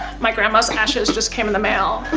my grandma's ashes just came in the mail.